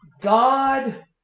God